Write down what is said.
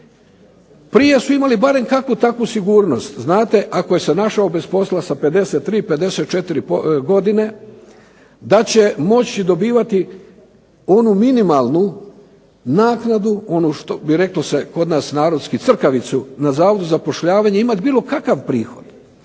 Prije su imali barem kakvu takvu sigurnost, znate, ako se našao bez posla sa 53, 54 godine da će moći dobivati onu minimalnu naknadu, onu što bi reklo se kod nas narodski crkavicu, na Zavodu za zapošljavanje imati bilo kakav prihod.